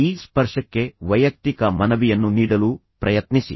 ಈ ಸ್ಪರ್ಶಕ್ಕೆ ವೈಯಕ್ತಿಕ ಮನವಿಯನ್ನು ನೀಡಲು ಪ್ರಯತ್ನಿಸಿ